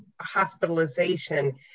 hospitalization